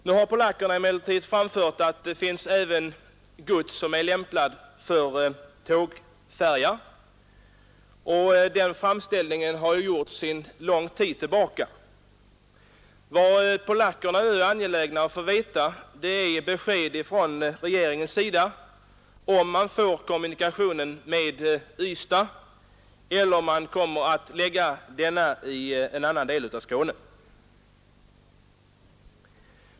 Nu har polackerna emellertid framfört att det även finns gods som är lämpat för tågfärja, och den framställningen har gjorts för lång tid sedan. Polackerna är nu angelägna om besked från regeringens sida huruvida de får kommunikationer med Ystad eller om denna tågfärjetrafik kommer att gå till en annan del av Skåne.